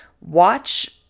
watch